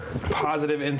positive